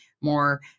more